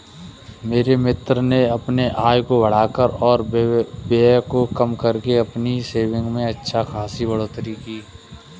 मेरे मित्र ने अपने आय को बढ़ाकर और व्यय को कम करके अपनी सेविंग्स में अच्छा खासी बढ़ोत्तरी की